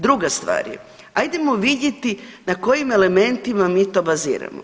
Druga stvar je, ajdemo vidjeti na kojim elementima mi to baziramo.